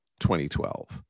2012